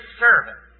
servant